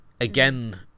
again